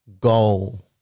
goal